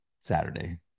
Saturday